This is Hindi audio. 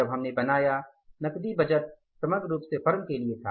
जब हमने बनाया नकदी बजट समग्र रूप से फर्म के लिए था